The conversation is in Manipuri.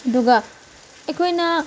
ꯑꯗꯨꯒ ꯑꯩꯈꯣꯏꯅ